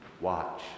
Watch